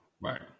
Right